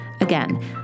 Again